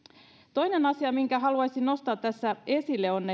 toinen asia minkä haluaisin nostaa tässä esille on